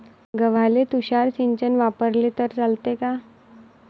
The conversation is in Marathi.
गव्हाले तुषार सिंचन वापरले तर चालते का?